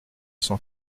cent